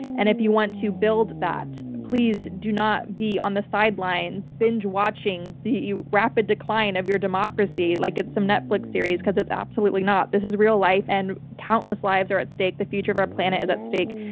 and if you want to build that, please do not be on the sidelines binge watching the rapid decline of your democracy like it's some netflix series because it's absolutely not. this is real life and countless lives are at stake. the future of our planet is at stake.